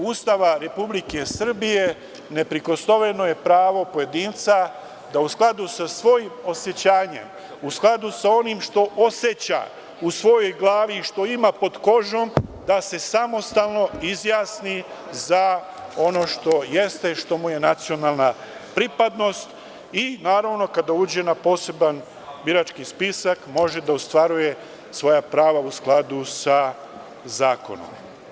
Ustava Republike Srbije, neprikosnoveno je pravo pojedinca da u skladu sa svojim osećanjem, u skladu sa onim što oseća u svojoj glavi i što ima pod kožom, da se samostalno izjasni za ono što jeste i što mu je nacionalna pripadnost i, naravno, kada uđe na poseban birački spisak, može da ostvaruje svoja prava u skladu sa zakonom.